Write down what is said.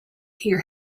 hear